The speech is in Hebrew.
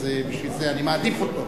אז בשביל זה אני מעדיף אותו.